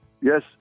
Yes